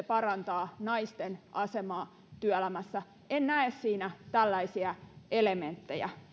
parantaa naisten asemaa työelämässä en näe siinä tällaisia elementtejä